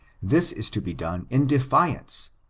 this is to be done in defiance,